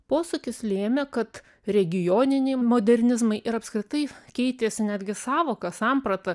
posūkis lėmė kad regioniniai modernizmai ir apskritai keitėsi netgi sąvoka samprata